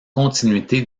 continuité